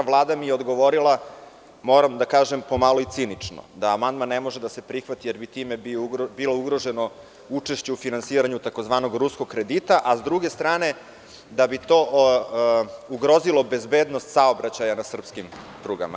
Vlada mi je odgovorila, moram da kažem, po malo i cinično da amandman ne može da se prihvati jer bi time bilo ugroženo učešće u finansiranju tzv. Ruskog kredita, a s druge strane da bi to ugrozilo bezbednost saobraćaja na srpskim prugama.